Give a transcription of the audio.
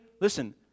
Listen